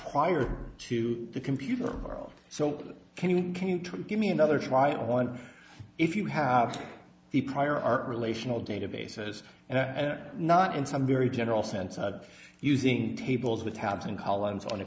prior to the computer world so can you can't give me another try on one if you have the prior art relational databases and not in some very general sense of using